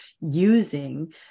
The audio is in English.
using